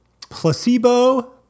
Placebo